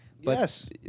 Yes